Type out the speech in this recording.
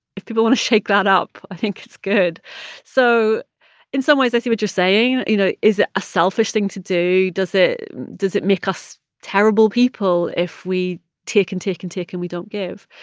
if people want to shake that up, i think it's good so in some ways, i see what you're saying. you know, is it a selfish thing to do? does it does it make us terrible people if we take and take and take and we don't give?